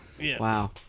Wow